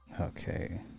okay